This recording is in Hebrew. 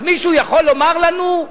אז מישהו יכול לומר לנו: